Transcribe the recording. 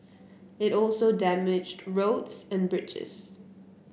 it also damaged roads and bridges